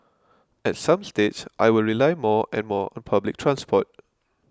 at some stage I will rely more and more on public transport